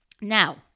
Now